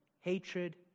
hatred